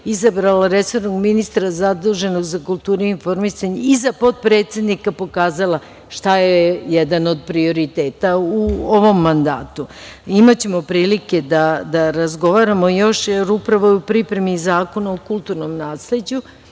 izabrala resornog ministra zaduženog za kulturu i informisanje i za potpredsednika pokazala šta joj je jedan od prioriteta u ovom mandatu. Imaćemo prilike da razgovaramo još, jer upravo je u pripremi Zakon o kulturnom nasleđu,